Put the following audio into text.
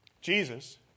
Jesus